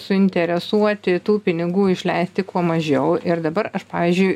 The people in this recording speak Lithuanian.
suinteresuoti tų pinigų išleisti kuo mažiau ir dabar aš pavyzdžiui